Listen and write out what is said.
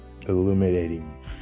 illuminating